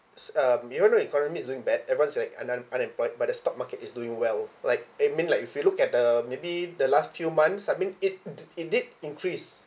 s~ um even though the economy is doing bad everyone is like unem~ unemployed but the stock market is doing well like I mean like if you look at the maybe the last few months I mean it d~ it did increase